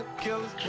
killers